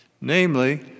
Namely